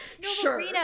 sure